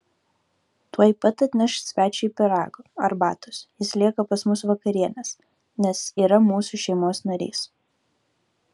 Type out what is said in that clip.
tuoj pat atnešk svečiui pyrago arbatos jis lieka pas mus vakarienės nes yra mūsų šeimos narys